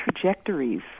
trajectories